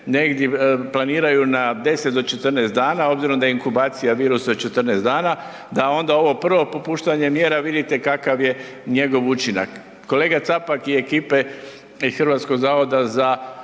negdje planiraju na 10 do 14 dana obzirom da je inkubacija virusa od 14 dana, da onda ovo prvo popuštanje mjera vidite kakav je njegov učinak. Kolega Capak i ekipe iz HZJZ-a su